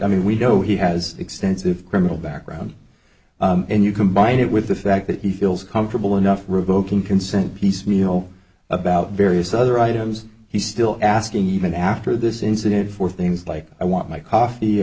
i mean we know he has extensive criminal background and you combine it with the fact that he feels comfortable enough revoking consent piecemeal about various other items he still asking even after this incident for things like i want my coffee i